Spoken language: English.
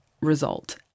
result